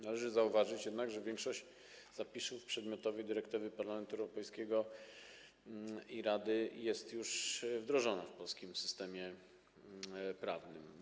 Należy zauważyć jednak, że większość zapisów przedmiotowej dyrektywy Parlamentu Europejskiego i Rady została już wdrożona do polskiego systemu prawnego.